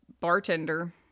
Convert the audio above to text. bartender